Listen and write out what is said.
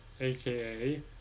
aka